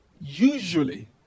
usually